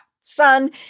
sun